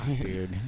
Dude